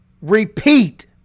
repeat